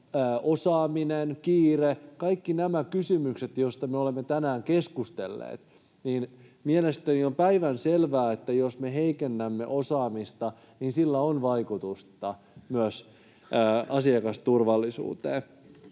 osaaminen, kiire, kaikki nämä kysymykset, joista me olemme tänään keskustelleet. Mielestäni on päivänselvää, että jos me heikennämme osaamista, niin sillä on vaikutusta myös asiakasturvallisuuteen.